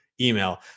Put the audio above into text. email